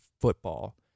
football